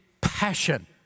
passion